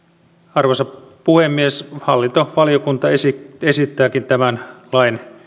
arvoisa puhemies hallintovaliokunta esittääkin esittääkin tämän lain